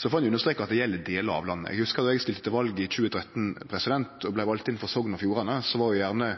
Så får ein understreke at det gjeld delar av landet. Eg hugsar at då eg stilte til val i 2013 og vart valt inn for Sogn og Fjordane, var gjerne